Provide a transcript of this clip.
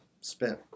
spent